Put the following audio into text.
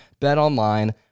Betonline